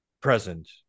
present